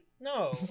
No